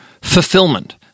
fulfillment